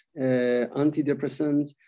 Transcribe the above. antidepressants